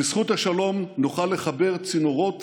בזכות השלום נוכל לחבר צינורות